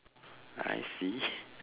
I see